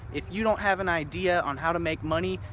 if you don't have an idea on how to make money,